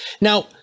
Now